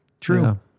True